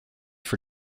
for